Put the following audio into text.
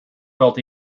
felt